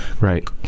Right